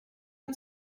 der